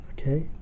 Okay